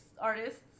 artists